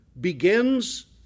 begins